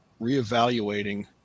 reevaluating